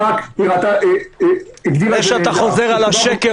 קרן ברק --- זה שאתה חוזר על השקר